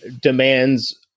demands